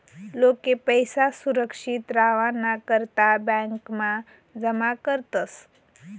लोके पैसा सुरक्षित रावाना करता ब्यांकमा जमा करतस